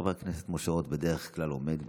חבר הכנסת משה רוט בדרך כלל עומד בכך.